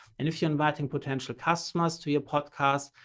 and if you're inviting potential customers to your podcasts,